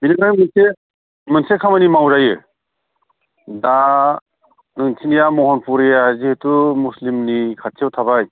बिनिफ्राय मोनसे मोनसे खामानि माव दायो दा नोंसिनिया महनफुरिया जिहेथु मुस्लिमनि खाथियाव थाबाय